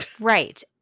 Right